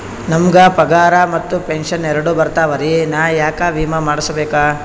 ನಮ್ ಗ ಪಗಾರ ಮತ್ತ ಪೆಂಶನ್ ಎರಡೂ ಬರ್ತಾವರಿ, ನಾ ಯಾಕ ವಿಮಾ ಮಾಡಸ್ಬೇಕ?